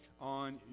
on